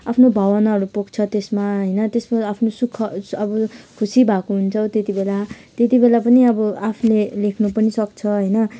आफनो भावनाहरू पोख्छ त्यसमा होइन त्यसमा आफ्नो सुख अब खुसी भएको हुन्छौँ त्यतिबेला त्यतिबेला पनि अब आफुले लेख्नु पनि सक्छ होइन